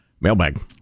Mailbag